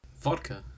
Vodka